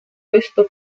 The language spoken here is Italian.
questo